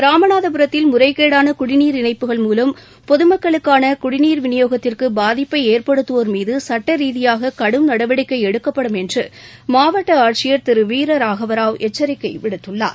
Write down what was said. ராமநாதபுரத்தில் முறைகேடான குடிநீர் இணைப்புகள் மூலம் பொது மக்களுக்கான குடிநீர் விநியோகத்திற்கு பாதிப்பை ஏற்படுத்தவோர் மீது சட்ட ரீதியாக கடும் நடவடிக்கை எடுக்கப்படும் என்று மாவட்ட ஆட்சியர் திரு வீரராகவ ராவ் எச்சரிக்கை விடுத்துள்ளார்